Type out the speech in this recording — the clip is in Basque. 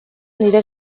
nire